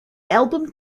album